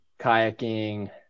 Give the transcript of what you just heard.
kayaking